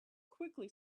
quickly